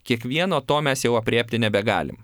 kiekvieno to mes jau aprėpti nebegalim